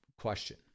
question